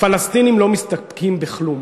הפלסטינים לא מסתפקים בכלום.